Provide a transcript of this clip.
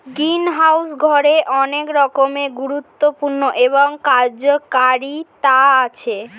greenhouse ঘরের অনেক রকমের গুরুত্ব এবং কার্যকারিতা আছে